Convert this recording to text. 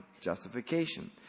Justification